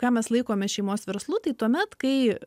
ką mes laikome šeimos verslu tai tuomet kai